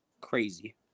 Crazy